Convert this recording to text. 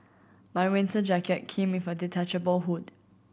my winter jacket came with a detachable hood